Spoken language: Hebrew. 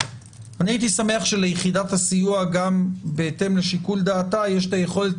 אני הייתי שמח שליחידת הסיוע גם בהתאם לשיקול דעתה יש את היכולת